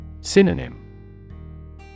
Synonym